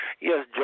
yes